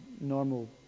normal